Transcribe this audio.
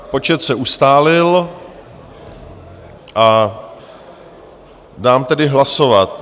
Počet se ustálil, dám tedy hlasovat.